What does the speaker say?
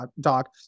doc